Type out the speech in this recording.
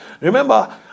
Remember